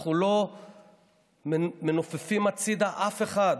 אנחנו לא מנופפים הצידה אף אחד.